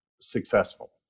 successful